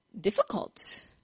difficult